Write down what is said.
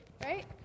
right